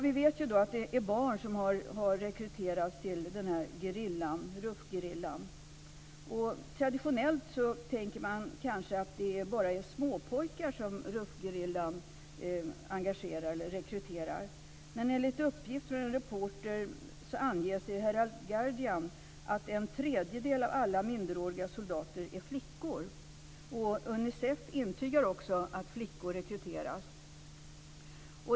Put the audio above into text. Vi vet ju att det är barn som har rekryterats till RUF-gerillan. Traditionellt tänker man kanske att det bara är småpojkar som RUF-gerillan rekryterar. Men enligt uppgift från en reporter anges i The Guardian att en tredjedel av alla minderåriga soldater är flickor. Unicef intygar också att flickor rekryteras.